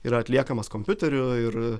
yra atliekamas kompiuteriu ir